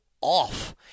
off